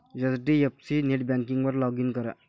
HDFC नेटबँकिंगवर log in करा